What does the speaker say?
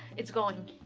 it's going